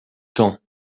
temps